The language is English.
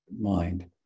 mind